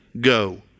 go